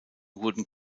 wurden